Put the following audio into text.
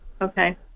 Okay